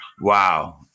Wow